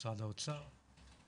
משרד האוצר.